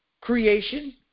creation